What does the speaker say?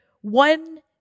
one